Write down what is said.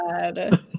god